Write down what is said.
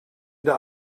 der